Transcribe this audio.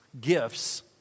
gifts